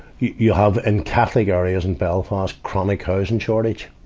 you have and catholic areas in belfast, chronic housing shortage.